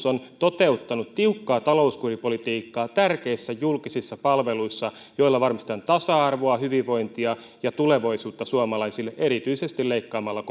on toteuttanut tiukkaa talouskuripolitiikkaa tärkeissä julkisissa palveluissa joilla varmistetaan tasa arvoa hyvinvointia ja tulevaisuutta suomalaisille erityisesti leikkaamalla